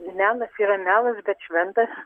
melas yra melas bet šventas